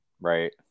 Right